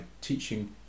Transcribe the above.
teaching